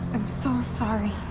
i'm so sorry.